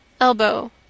Elbow